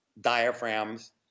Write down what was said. diaphragms